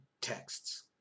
texts